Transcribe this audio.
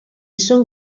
són